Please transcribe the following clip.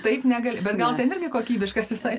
taip negali bet gal ten irgi kokybiškas visai